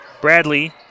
Bradley